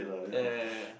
ya ya ya ya